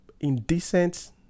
indecent